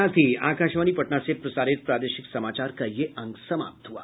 इसके साथ ही आकाशवाणी पटना से प्रसारित प्रादेशिक समाचार का ये अंक समाप्त हुआ